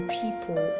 people